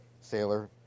sailor